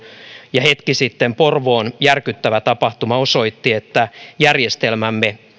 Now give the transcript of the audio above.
ja hetki sitten porvoon järkyttävä tapahtuma osoitti että järjestelmämme